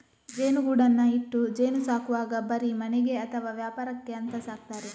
ಜೇನುಗೂಡನ್ನ ಇಟ್ಟು ಜೇನು ಸಾಕುವಾಗ ಬರೀ ಮನೆಗೆ ಅಥವಾ ವ್ಯಾಪಾರಕ್ಕೆ ಅಂತ ಸಾಕ್ತಾರೆ